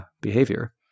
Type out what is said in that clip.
behavior